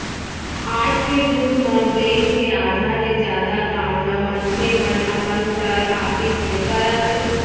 आज के जुग म बेंक के आधा ले जादा काम ल मनखे मन अपन घर, ऑफिस ले करत हे